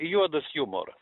juodas jumoras